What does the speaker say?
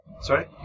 sorry